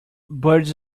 birds